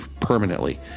permanently